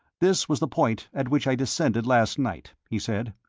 this was the point at which i descended last night, he said.